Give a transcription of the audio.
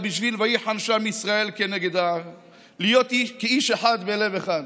בשביל: "ויחן שם ישראל כנגד ההר"; להיות כאיש אחד בלב אחד.